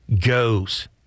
goes